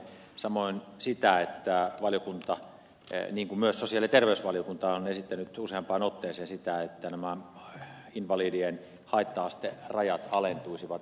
samoin pidän hyvänä sitä että valiokunta niin kuin myös sosiaali ja terveysvaliokunta on esittänyt useampaan otteeseen että nämä invalidien haitta asterajat alentuisivat